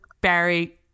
Barry